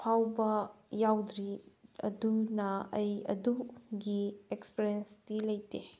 ꯐꯥꯎꯕ ꯌꯥꯎꯗ꯭ꯔꯤ ꯑꯗꯨꯅ ꯑꯩ ꯑꯗꯨꯒꯤ ꯑꯦꯛꯁꯄꯤꯔꯤꯌꯦꯟꯁꯇꯤ ꯂꯩꯇꯦ